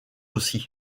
aussi